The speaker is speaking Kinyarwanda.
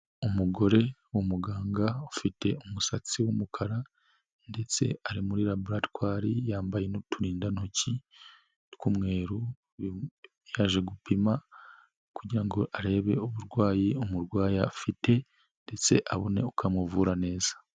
Umugore w'umuganga ufite umusatsi w'umukara, ndetse ari muri laboratwari yambaye n'uturindantoki, tw'umweru, yaje gupima kugira ngo arebe uburwayi umurwayi afite, ndetse abone uko amuvura neza.